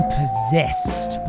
possessed